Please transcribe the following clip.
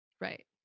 Right